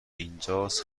اینجاس